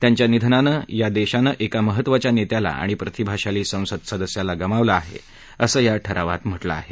त्यांच्या निधनानं या देशानं एका महत्त्वाच्या नेत्याला आणि प्रतिभाशाली संसद सदस्याला गमावलं आहे असं या ठरावात म्हटलं आहे